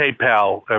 PayPal